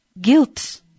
Guilt